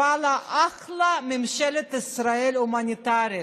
ואללה, אחלה ממשלת ישראל ההומניטרית.